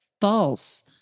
false